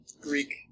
Greek